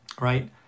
right